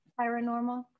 paranormal